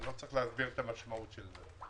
אני לא צריך להסביר את המשמעות של זה.